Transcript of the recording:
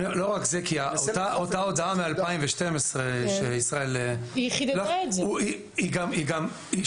כי אותה הודעה מ-2012 שישראל הזכיר - שוב,